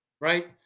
right